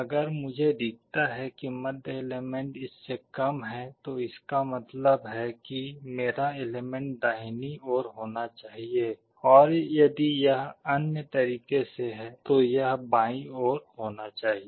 अगर मुझे दिखता है कि मध्य एलेमेन्ट इससे कम है तो इसका मतलब है कि मेरा एलेमेन्ट दाहिनी ओर होना चाहिए और यदि यह अन्य तरीके से है तो यह बायीं ओर होना चाहिए